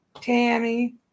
Tammy